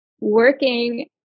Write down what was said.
Working